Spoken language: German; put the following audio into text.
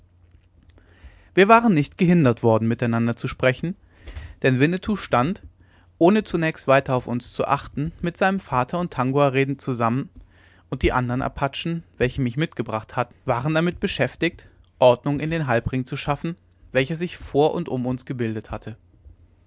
wir waren nicht gehindert worden miteinander zu sprechen denn winnetou stand ohne zunächst weiter auf uns zu achten mit seinem vater und tangua redend zusammen und die andern apachen welche mich mitgebracht hatten waren damit beschäftigt ordnung in dem halbring zu schaffen welcher sich vor und um uns gebildet hatte